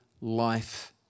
life